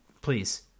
please